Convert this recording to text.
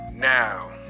Now